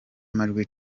amajwi